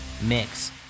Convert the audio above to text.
Mix